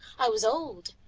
i was old,